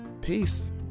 Peace